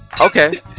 Okay